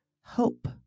Hope